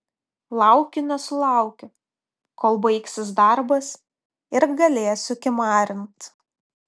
laukiu nesulaukiu kol baigsis darbas ir galėsiu kimarint